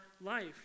life